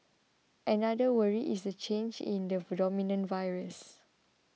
another worry is the change in the dominant virus